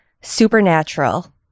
Supernatural